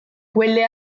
quelle